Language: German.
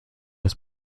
das